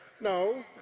No